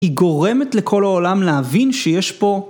היא גורמת לכל העולם להבין שיש פה